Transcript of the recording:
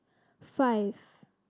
five